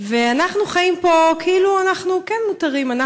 ואנחנו חיים פה כאילו כן מותרים אנחנו.